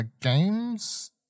games